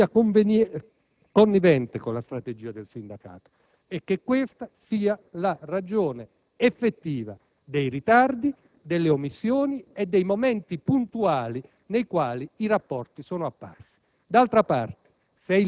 sia connivente con la strategia del sindacato e che questa sia la ragione effettiva dei ritardi, delle omissioni e dei momenti puntuali, nei quali i rapporti sono apparsi. D'altra parte,